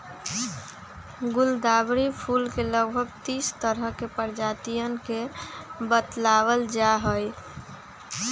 गुलदावरी फूल के लगभग तीस तरह के प्रजातियन के बतलावल जाहई